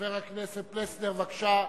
חבר הכנסת פלסנר, בבקשה.